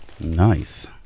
Nice